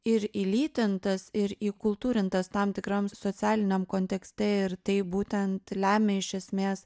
ir įlytintas ir įkultūrintas tam tikram socialiniam kontekste ir tai būtent lemia iš esmės